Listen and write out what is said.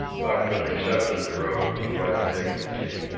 buck had accepted the rope with quiet dignity.